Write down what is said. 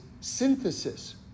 synthesis